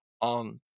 on